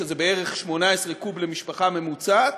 שזה בערך 18 קוב למשפחה ממוצעת,